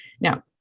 Now